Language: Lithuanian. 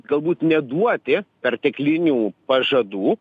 galbūt neduoti perteklinių pažadų